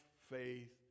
faith